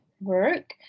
work